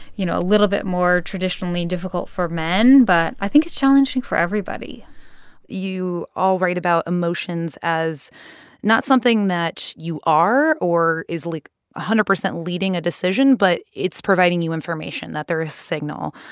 you know, a little bit more traditionally difficult for men, but i think it's challenging for everybody you all write about emotions as not something that you are or is, like, one ah hundred percent leading a decision, but it's providing you information, that there is signal.